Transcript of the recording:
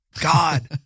God